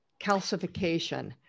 calcification